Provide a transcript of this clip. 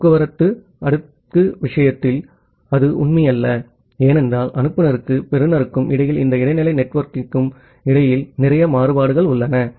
transport layer விஷயத்தில் அது உண்மையல்ல ஏனென்றால் அனுப்புநருக்கும் பெறுநருக்கும் இடையில் இந்த இடைநிலை நெட்வொர்க்கிற்கு இடையில் நிறைய மாறுபாடுகள் உள்ளன